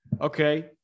Okay